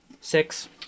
Six